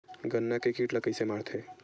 गन्ना के कीट ला कइसे मारथे?